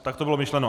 Tak to bylo myšleno.